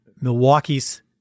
Milwaukee's